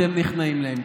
אתם נכנעים להם.